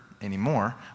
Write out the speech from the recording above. anymore